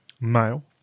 Male